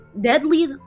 deadly